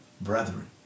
brethren